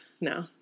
No